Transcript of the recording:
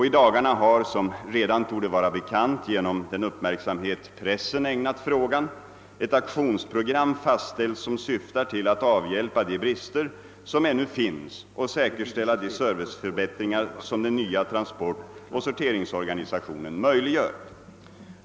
I dagarna har — som redan torde vara bekant genom den uppmärksamhet pressen ägnat frågan — ett aktionsprogram fastställts, som syftar till att avhjälpa de brister som ännu finns och säkerställa de serviceförbättringar som den nya transportoch sorteringsorganisationen möjliggör.